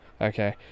Okay